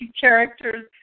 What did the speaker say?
characters